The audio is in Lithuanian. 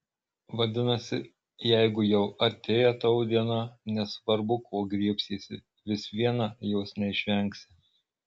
vadinasi jeigu jau artėja tavo diena nesvarbu ko griebsiesi vis viena jos neišvengsi